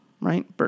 right